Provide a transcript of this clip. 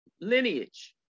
lineage